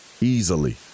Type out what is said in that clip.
Easily